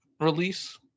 release